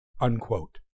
unquote